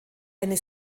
eine